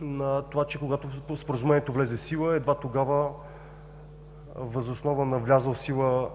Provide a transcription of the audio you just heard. на това, че когато Споразумението влезе в сила, едва тогава, въз основа на влязъл в сила